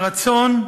הרצון,